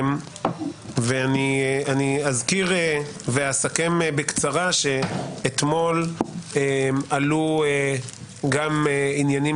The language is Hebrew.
ואני אזכיר ואסכם בקצרה שאתמול עלו גם עניינים